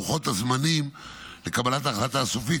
לוחות הזמנים לקבלת ההחלטה הסופית,